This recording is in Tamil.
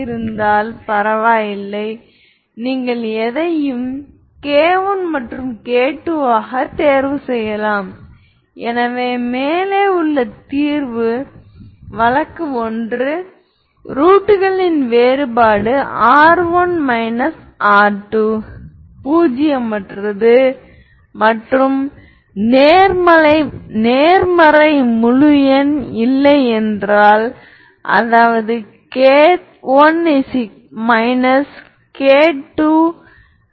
இது குறிப்பது Av11v1 Av22v2 இப்போது இந்த டாட் ப்ரோடக்ட் ஐ கருதுங்கள் Av1 v2 v1 Av2 A என்பது ஹெர்மிடியன் என்பதால் இது வரையறைக்குட்பட்டது